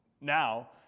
now